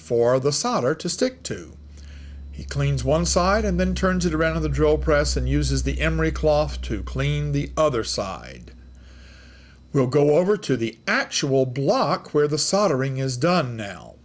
for the solder to stick to he cleans one side and then turns it around the drill press and uses the emery cloth to clean the other side will go over to the actual block where the soldering is done now